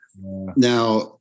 Now